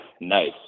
nice